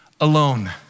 alone